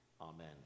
amen